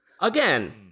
again